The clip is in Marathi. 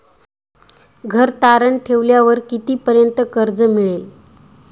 घर तारण ठेवल्यावर कितीपर्यंत कर्ज मिळेल?